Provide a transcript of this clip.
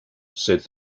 said